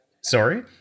Sorry